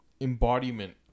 embodiment